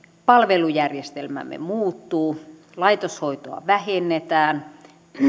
palvelujärjestelmämme muuttuu laitoshoitoa vähennetään